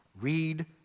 Read